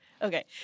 Okay